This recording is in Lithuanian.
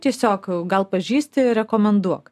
tiesiog gal pažįsti rekomenduok